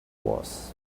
was